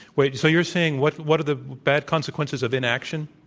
wait, so you're saying what what are the bad consequences of inaction?